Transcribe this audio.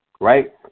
right